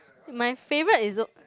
my favourite is zo~